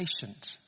patient